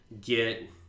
get